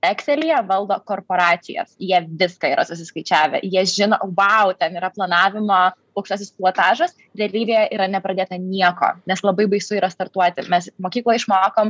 ekselyje valdo korporacijas jie viską yra susiskaičiavę jie žino vau ten yra planavimo aukštasis pilotažas realybėje yra nepradėta nieko nes labai baisu yra startuoti mes mokykloj išmokom